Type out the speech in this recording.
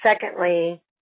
secondly